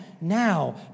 now